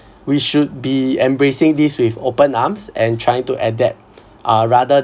we should be embracing this with open arms and trying to adapt or rather